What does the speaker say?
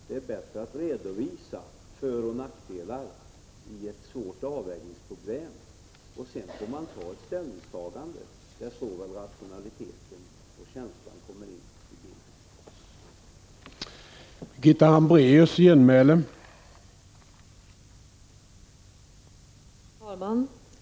Det är bättre att redovisa föroch nackdelar i ett svårt avvägningsproblem och sedan göra ett ställningstagande, där såväl rationaliteten som känslan kommer in i bilden.